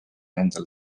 endale